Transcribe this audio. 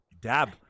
dab